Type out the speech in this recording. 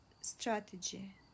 strategy